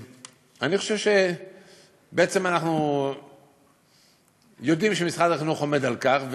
בעצם אנחנו יודעים שמשרד החינוך עומד על כך,